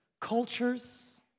cultures